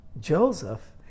Joseph